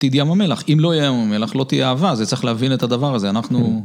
עתיד ים המלח, אם לא יהיה ים המלח לא תהיה אהבה, זה צריך להבין את הדבר הזה, אנחנו...